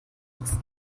muss